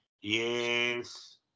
Yes